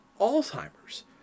Alzheimer's